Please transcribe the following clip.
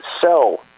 sell